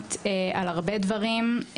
מעודכנות על הרבה דברים,